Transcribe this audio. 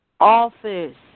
office